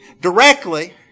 directly